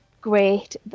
great